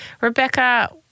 Rebecca